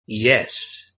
yes